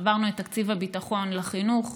עברנו את תקציב הביטחון, לחינוך,